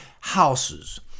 houses